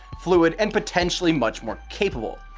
fluid and potentially much more capable.